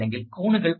അങ്ങനെ അത് തീർന്നു